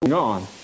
gone